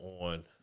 on